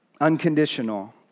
Unconditional